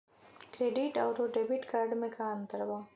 Credit अउरो debit card मे का अन्तर बा?